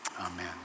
Amen